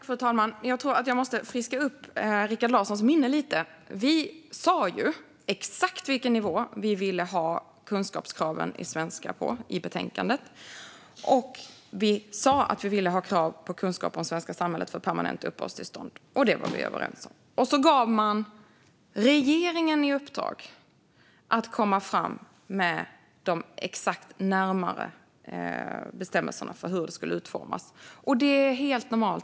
Fru talman! Jag tror att jag måste friska upp Rikard Larssons minne lite. Vi sa exakt vilken nivå vi ville ha kunskapskraven på i betänkandet. Vi sa att vi ville ha krav på kunskap om svenska samhället för permanent uppehållstillstånd. Detta var vi överens om. Man gav regeringen i uppdrag att komma fram med de exakta närmare bestämmelserna för hur det skulle utformas. Det är helt normalt.